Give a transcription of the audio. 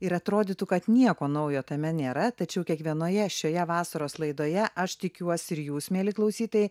ir atrodytų kad nieko naujo tame nėra tačiau kiekvienoje šioje vasaros laidoje aš tikiuosi ir jūs mieli klausytojai